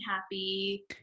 happy